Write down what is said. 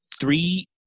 three